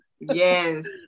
yes